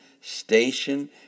station